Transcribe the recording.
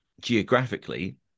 geographically